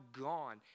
gone